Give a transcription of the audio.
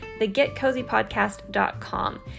thegetcozypodcast.com